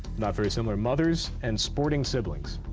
not very similar, mothers and sporting siblings,